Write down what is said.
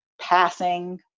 passing